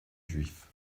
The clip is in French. juifs